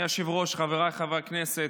היושב-ראש, חבריי חברי הכנסת,